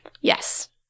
Yes